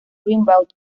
rimbaud